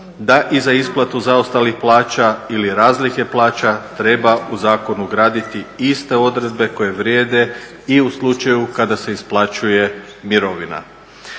da i za isplatu zaostalih plaća ili razlike plaća treba u zakon ugraditi iste odredbe koje vrijede i u slučaju kada se isplaćuje mirovina.